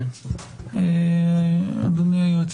אדוני היועץ